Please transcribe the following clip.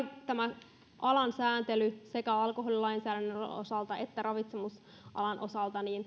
tämän alan sääntely sekä alkoholilainsäädännön osalta että ravitsemusalan osalta